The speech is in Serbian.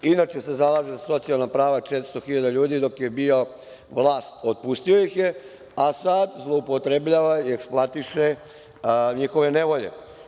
Inače se zalaže za socijalna prava 400.000 ljudi dok je bio vlast otpustio ih je, a sada zloupotrebljava i eksploatiše njihove nevolje.